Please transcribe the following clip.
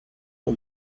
who